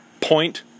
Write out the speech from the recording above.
point